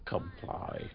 Comply